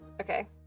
okay